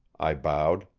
i bowed.